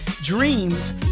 Dreams